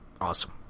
awesome